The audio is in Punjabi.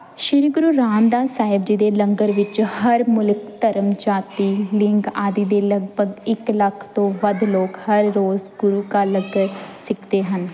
ਸ਼੍ਰੀ ਗੁਰੂ ਰਾਮਦਾਸ ਸਾਹਿਬ ਜੀ ਦੇ ਲੰਗਰ ਵਿੱਚ ਹਰ ਮੁਲਕ ਧਰਮ ਜਾਤੀ ਲਿੰਗ ਆਦਿ ਦੇ ਲਗਭਗ ਇੱਕ ਲੱਖ ਤੋਂ ਵੱਧ ਲੋਕ ਹਰ ਰੋਜ਼ ਗੁਰੂ ਕਾ ਲੰਗਰ ਛਕਦੇ ਹਨ